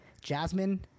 Jasmine